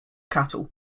cattle